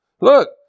Look